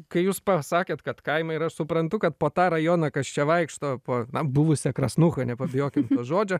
kai jūs pasakėt kad kaimai ir aš suprantu kad po tą rajoną kas čia vaikšto po buvusią krasnuchą nepabijokim to žodžio